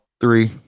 Three